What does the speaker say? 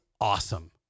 awesome